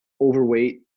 overweight